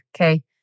Okay